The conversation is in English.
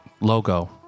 logo